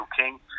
King